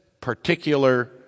particular